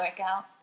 workout